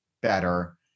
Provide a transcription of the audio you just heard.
better